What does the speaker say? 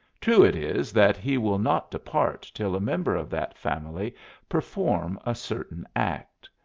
true it is that he will not depart till a member of that family perform a certain act.